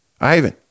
Ivan